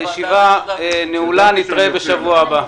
הישיבה נעולה, נתראה בשבוע הבא.